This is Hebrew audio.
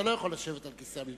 אתה לא יכול לשבת על כיסא הממשלה,